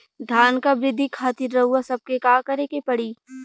धान क वृद्धि खातिर रउआ सबके का करे के पड़ी?